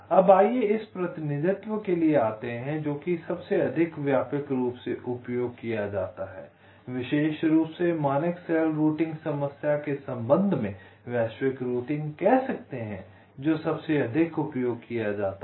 अब आइए हम प्रतिनिधित्व के लिए आते हैं जो कि सबसे अधिक व्यापक रूप से उपयोग किया जाता है विशेष रूप से मानक सेल रूटिंग समस्या के संबंध में वैश्विक रूटिंग कह सकते हैं जो सबसे अधिक उपयोग किया जाता है